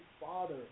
Father